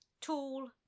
tall